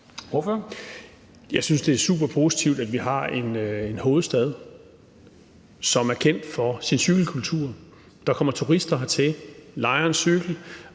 Jeg synes, det er super positivt, at vi har en hovedstad, som er kendt for sin cykelkultur. Der kommer turister hertil, lejer en cykel